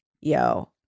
yo